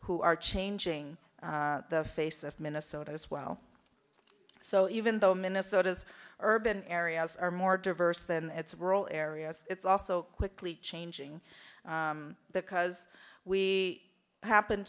who are changing the face of minnesota as well so even though minnesota's urban areas are more diverse than its role areas it's also quickly changing because we happen